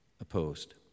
opposed